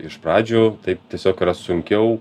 iš pradžių taip tiesiog yra sunkiau